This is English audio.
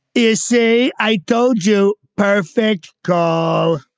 is say, i told you. perfect. call